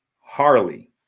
Harley